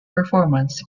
performance